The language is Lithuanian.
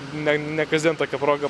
ne ne kasdien tokia proga